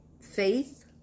faith